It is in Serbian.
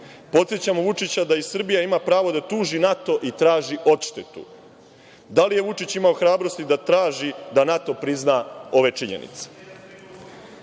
klupi. Podsećam Vučića da i Srbija ima pravo da tuži NATO i traži odštetu. Da li je Vučić imao hrabrosti da traži da NATO prizna ove činjenice? Pitamo